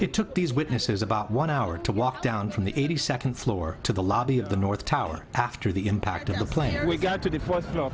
it took these witnesses about one hour to walk down from the eighty second floor to the lobby of the north tower after the impact of the player we got to the fourth